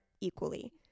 equally